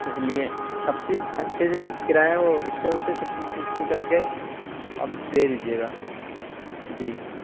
اس لیے سب چیز اچھے سے کرایہ وہ رکشے وکشے سب چیز بکنگ کر کے اور آپ دے دیجیے گا جی